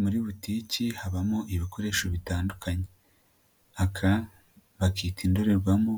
Muri butiki habamo ibikoresho bitandukanye, aka bakita indorerwamo